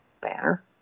Banner